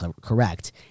correct